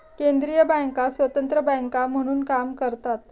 केंद्रीय बँका स्वतंत्र बँका म्हणून काम करतात